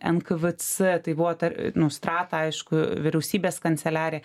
nkvc tai buvo ta nu strata aišku vyriausybės kanceliarija